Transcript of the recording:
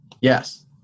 Yes